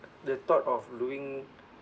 the thought of doing